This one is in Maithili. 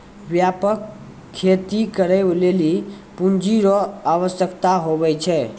व्यापक खेती करै लेली पूँजी रो आवश्यकता हुवै छै